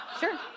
Sure